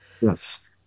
Yes